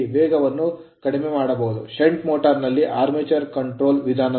shunt motor shunt motor ನಲ್ಲಿ armature control armature ನಿಯಂತ್ರಣ ವಿಧಾನದಂತೆ